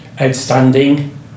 outstanding